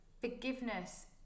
forgiveness